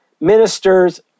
ministers